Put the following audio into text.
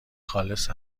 خالص